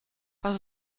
was